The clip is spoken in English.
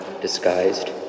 disguised